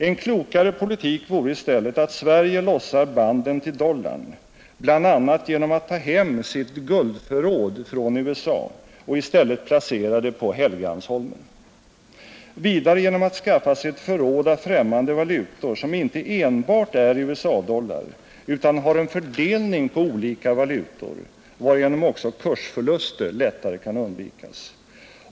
En klokare politik vore att Sverige lossar banden till dollarn bl.a. genom att ta hem sitt guldförråd från USA och i stället placera det på Helgeandsholmen. Vidare genom att skaffa sig ett förråd av främmande valutor, som inte enbart är USA-dollar utan har en fördelning på olika valutor varigenom också kursförluster lättare kan undvikas.